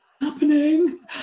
happening